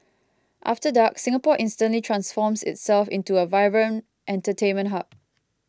after dark Singapore instantly transforms itself into a vibrant entertainment hub